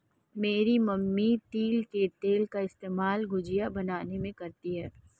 मेरी मम्मी तिल के तेल का इस्तेमाल गुजिया बनाने में करती है